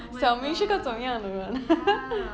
oh my god ya